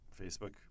Facebook